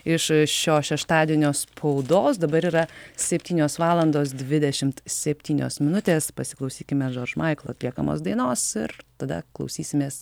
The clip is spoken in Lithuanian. iš šio šeštadienio spaudos dabar yra septynios valandos dvidešim septynios minutės pasiklausykime maiklo atliekamos dainos ir tada klausysimės